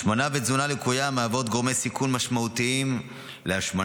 השמנה ותזונה לקויה מהוות גורמי סיכון משמעותיים להשמנה,